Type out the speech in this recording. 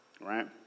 right